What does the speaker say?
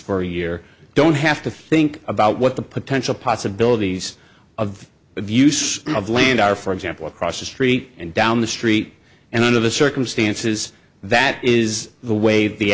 for a year don't have to think about what the potential possibilities of abuse of land are for example across the street and down the street and out of the circumstances that is the way the